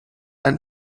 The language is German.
ein